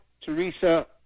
Teresa